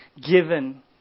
given